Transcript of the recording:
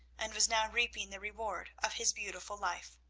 and was now reaping the reward of his beautiful life.